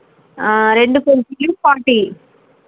రెండు కుల్ఫీలు ఫార్టీ